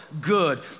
good